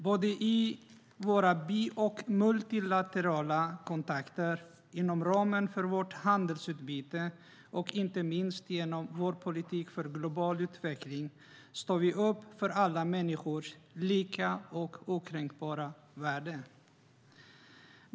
Både i våra bi och multilaterala kontakter, inom ramen för vårt handelsutbyte och inte minst genom vår politik för global utveckling står vi upp för alla människors lika och okränkbara värde.